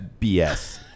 BS